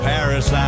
Paris